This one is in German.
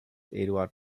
eduard